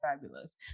fabulous